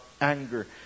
anger